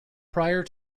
prior